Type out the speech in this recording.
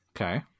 Okay